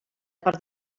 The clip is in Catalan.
per